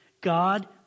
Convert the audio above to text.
God